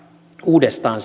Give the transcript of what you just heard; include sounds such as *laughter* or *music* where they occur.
uudestaan *unintelligible*